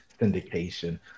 syndication